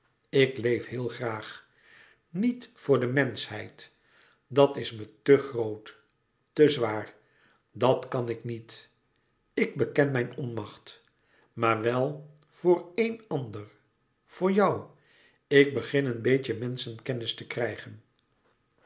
ik leef heel graag niet voor de menschheid dat is me te groot te zwaar dat kan ik niet ik beken mijn onmacht maar wel voor éen ander voor jou ik begin een beetje menschenkennis te krijgen